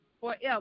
forever